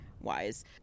wise